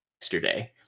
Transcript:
yesterday